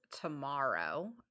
tomorrow